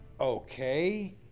Okay